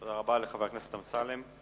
תודה רבה לחבר הכנסת אמסלם.